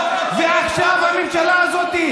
ועכשיו הממשלה הזאת,